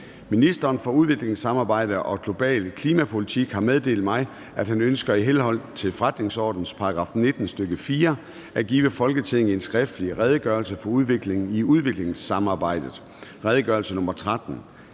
Ministeren for udviklingssamarbejde og global klimapolitik har meddelt mig, at han ønsker i henhold til forretningsordenens § 19, stk. 4, at give Folketinget en skriftlig Redegørelse for udviklingen i udviklingssamarbejdet. (Redegørelse nr. R